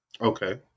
Okay